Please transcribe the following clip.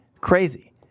crazy